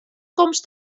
komst